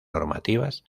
normativas